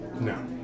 No